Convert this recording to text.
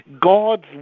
God's